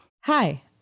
Hi